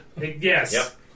Yes